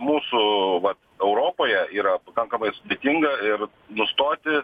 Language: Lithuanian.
mūsų va europoje yra pakankamai sudėtinga ir nustoti